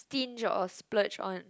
stinge or splurge on